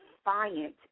defiant